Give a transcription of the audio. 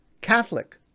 Catholic